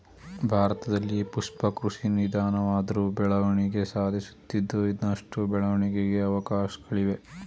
ಭಾರತದಲ್ಲಿ ಪುಷ್ಪ ಕೃಷಿ ನಿಧಾನವಾದ್ರು ಬೆಳವಣಿಗೆ ಸಾಧಿಸುತ್ತಿದ್ದು ಇನ್ನಷ್ಟು ಬೆಳವಣಿಗೆಗೆ ಅವಕಾಶ್ಗಳಿವೆ